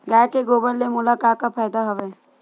गाय के गोबर ले मोला का का फ़ायदा हवय?